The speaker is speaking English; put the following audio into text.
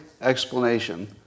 explanation